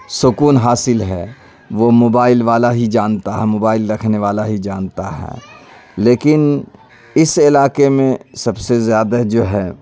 سکون حاصل ہے وہ موبائل والا ہی جانتا ہے موبائل رکھنے والا ہی جانتا ہے لیکن اس علاقے میں سب سے زیادہ جو ہے